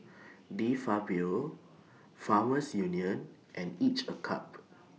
De Fabio Farmers Union and Each A Cup